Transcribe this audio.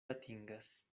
atingas